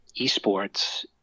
esports